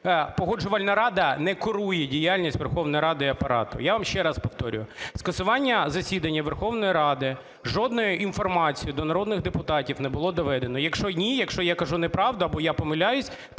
Погоджувальна рада не курує діяльність Верховної Ради і Апарату. Я вам ще раз повторюю, скасування засідання Верховної Ради – жодної інформації до народних депутатів не було доведено. Якщо ні, якщо я кажу неправду або я помиляюсь,